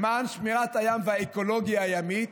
למען שמירת הים והאקולוגיה הימית,